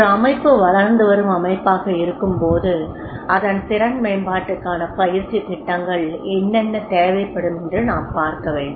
ஒரு அமைப்பு வளர்ந்து வரும் அமைப்பாக இருக்கும்போது அதன் திறன் மேம்பாட்டுக்கான பயிற்சி திட்டங்கள் என்னென்ன தேவைப்படும் என்று நாம் பார்க்கவேண்டும்